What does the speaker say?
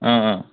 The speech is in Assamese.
অঁ